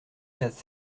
quatre